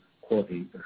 quality